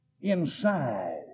inside